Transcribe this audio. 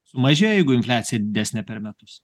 sumažėja jeigu infliacija didesnė per metus